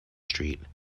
street